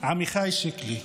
עמיחי שיקלי.